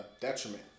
detriment